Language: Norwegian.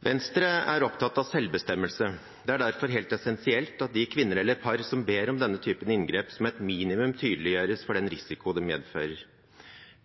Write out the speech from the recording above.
Venstre er opptatt av selvbestemmelse. Det er derfor helt essensielt at de kvinner eller par som ber om denne typen inngrep, som et minimum tydeliggjøres for den risiko det medfører.